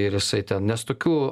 ir jisai ten nes tokių